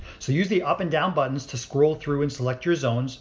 so use the up and down buttons to scroll through and select your zone.